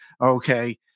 Okay